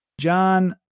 john